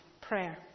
prayer